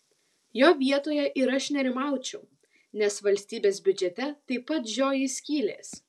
jo vietoje ir aš nerimaučiau nes valstybės biudžete taip pat žioji skylės